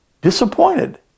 disappointed